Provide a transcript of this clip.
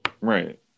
right